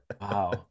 Wow